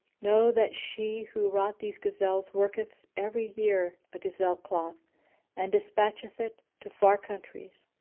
know that she who wrought these gazelles worketh every year a gazelle cloth and despatcheth it to far countries,